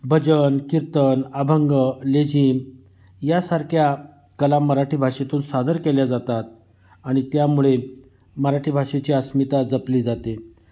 भजन कीर्तन अभंग लेझिम यासारख्या कला मराठी भाषेतून सादर केल्या जातात आणि त्यामुळे मराठी भाषेची अस्मिता जपली जाते